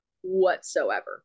whatsoever